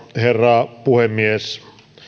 herra puhemies